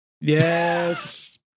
Yes